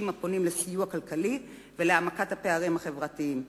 הפונים לסיוע כלכלי ולהעמקת הפערים החברתיים,